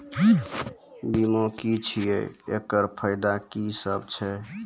बीमा की छियै? एकरऽ फायदा की सब छै?